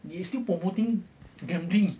they still promoting gambling